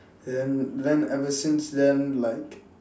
then then ever since then like